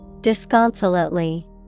Disconsolately